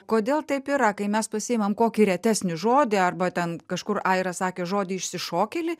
kodėl taip yra kai mes pasiimam kokį retesnį žodį arba ten kažkur aira sakė žodį išsišokėlį